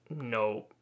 no